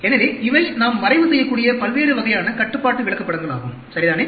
எனவே இவை நாம் வரைவு செய்யக்கூடிய பல்வேறு வகையான கட்டுப்பாட்டு விளக்கப்படங்கள் ஆகும் சரிதானே